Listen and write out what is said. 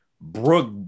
Brooke